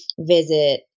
visit